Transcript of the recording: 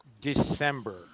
December